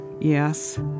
yes